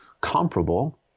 comparable